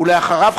ואחריו,